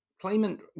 Claimant